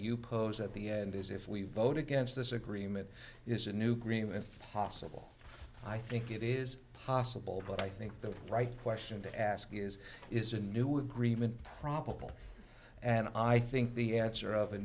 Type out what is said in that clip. posed at the end is if we vote against this agreement is a new green and possible i think it is possible but i think the right question to ask is is a new agreement probable and i think the answer of a